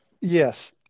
Yes